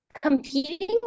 competing